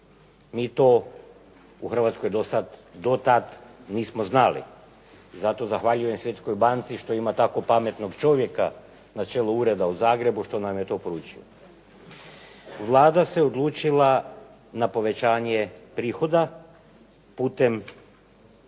Mi to u Hrvatskoj do tad nismo znali i zato zahvaljujem Svjetskoj banci što ima tako pametnog čovjeka na čelu ureda u Zagrebu što nam je to poručio. Vlada se odlučila na povećanje prihoda putem